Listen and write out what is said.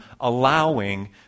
allowing